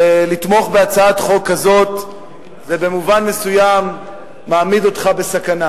לתמוך בהצעת חוק כזאת זה במובן מסוים מעמיד אותך בסכנה,